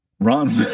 Ron